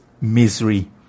misery